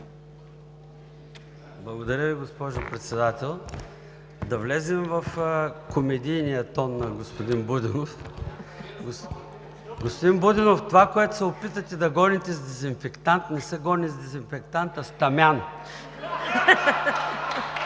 Благодаря Ви, госпожо Председател. Да влезем в комедийния тон на господин Будинов. Господин Будинов, това, което се опитвате да гоните с дезинфектант, не се гони с дезинфектант, а с тамян.